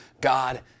God